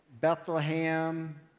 Bethlehem